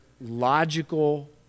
logical